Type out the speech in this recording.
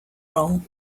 role